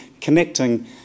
connecting